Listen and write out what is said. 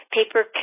Paper